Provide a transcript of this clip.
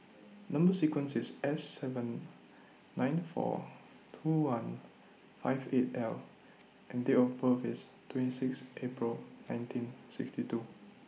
Number sequence IS S seven nine four two one five eight L and Date of birth IS twenty six April nineteen sixty two